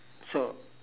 so